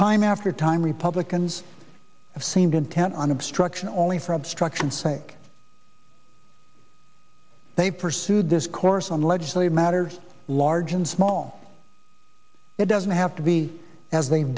time after time republicans have seemed intent on obstruction only for obstruction sake they pursued this course on legislative matters large and small it doesn't have to be as they